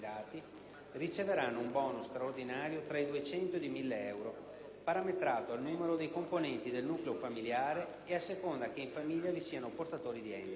riceveranno un *bonus* straordinario tra i 200 e i 1.000 euro, parametrato al numero dei componenti del nucleo familiare e a seconda che in famiglia vi siano portatori di handicap*.*